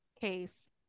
case